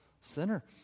sinner